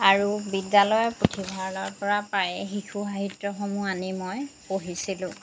আৰু বিদ্যালয়ৰ পুথিভঁৰালৰ পৰা প্ৰায়ে শিশু সাহিত্যসমূহ আনি মই পঢ়িছিলোঁ